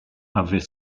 avait